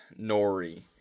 Nori